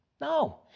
No